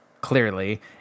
clearly